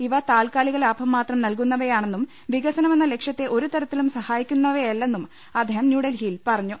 ഇവ താൽക്കാ ലിക ലാഭം മാത്രം നൽകുന്നവയാണെന്നും വികസന മെന്ന ലക്ഷ്യത്തെ ഒരുതരത്തിലും സഹായിക്കുന്നവയ ല്ലെന്നും അദ്ദേഹം ന്യൂഡൽഹിയിൽ പറഞ്ഞു